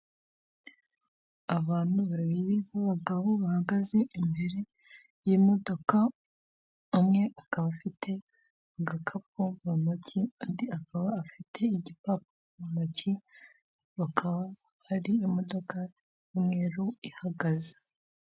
Abantu babiri b'abagabo bahagaze imbere y'imodoka, umwe akaba afite agakapu mu ntoki undi akaba afite igikapu mu ntoki, bakaba bari imodoka y'umweru ihagaze.